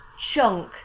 chunk